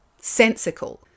sensical